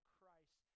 Christ